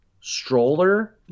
stroller